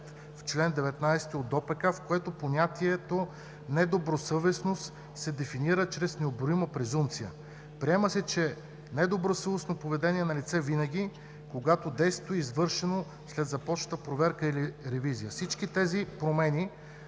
в чл. 19 от ДОПК, в което понятието „недобросъвестност“ се дефинира чрез необорима презумпция. Приема се, че недобросъвестно поведение на лице е винаги, когато действието е извършено след започната проверка или ревизия. Всички тези промени